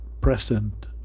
present